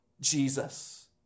Jesus